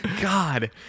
god